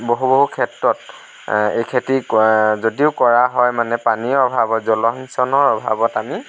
বহু বহু ক্ষেত্ৰত এই খেতি যদিও কৰা হয় মানে পানীৰ অভাৱত জলসিঞ্চনৰ অভাৱত আমি